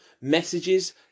messages